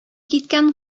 киткән